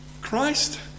Christ